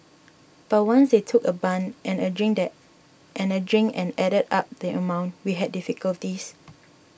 but once they took a bun and a drink and added up the amount we had difficulties